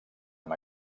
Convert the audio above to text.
amb